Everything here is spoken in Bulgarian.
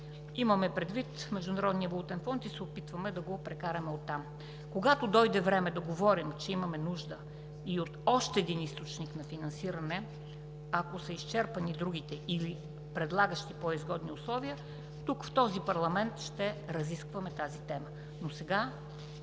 имаме предвид Международния валутен фонд и се опитваме да го прекараме оттам. Когато дойде време да говорим, че имаме нужда и от още един източник на финансиране, ако са изчерпани другите или предлагащи по-изгодни условия, тук, в този парламент ще разискваме тази тема.